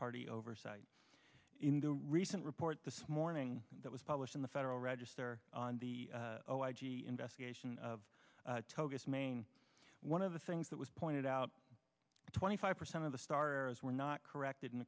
party oversight in the recent report this morning that was published in the federal register on the oh i g investigation of togaf maine one of the things that was pointed out twenty five percent of the stars were not corrected in